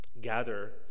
gather